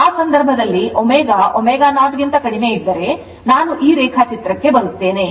ಆ ಸಂದರ್ಭದಲ್ಲಿ ω ω0 ಗಿಂತ ಕಡಿಮೆ ಇದ್ದರೆ ನಾನು ಈ ರೇಖಾಚಿತ್ರಕ್ಕೆ ಬರುತ್ತೇನೆ